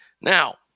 Now